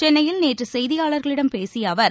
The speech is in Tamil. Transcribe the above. சென்னையில் நேற்று செய்தியாளர்களிடம் பேசிய அவர்